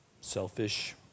selfish